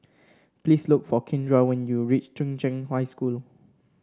please look for Kindra when you reach Chung Cheng High School